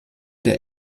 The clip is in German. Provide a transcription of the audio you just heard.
der